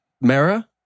Mara